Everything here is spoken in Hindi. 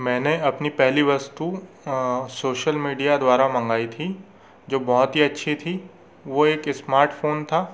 मैंने अपनी पहली वस्तु सोशल मीडिया द्वारा मंगाई थी जो बहुत ही अच्छी थी वह एक स्माटफ़ोन था